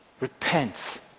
repents